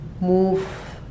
move